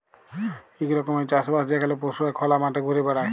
ইক রকমের চাষ বাস যেখালে পশুরা খলা মাঠে ঘুরে বেড়ায়